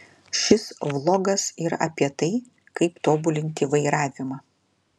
šis vlogas yra apie tai kaip tobulinti vairavimą